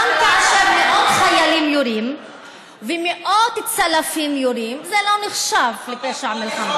גם כאשר מאות חיילים יורים ומאות צלפים יורים זה לא נחשב לפשע מלחמה.